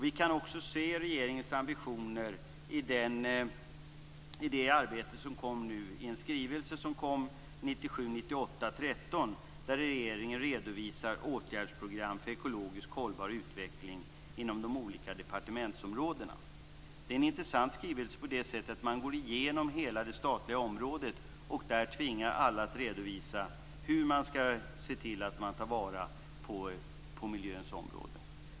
Vi kan också se regeringens ambitioner i det arbetet i en skrivelse - 1997/98:13 - där man redovisar åtgärdsprogram för ekologiskt hållbar utveckling inom de olika departementsområdena. Det är en intressant skrivelse på det sättet att man går igenom hela det statliga området och tvingar alla att redovisa hur man skall ta vara på miljön.